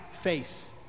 face